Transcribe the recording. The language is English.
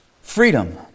freedom